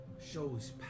Shows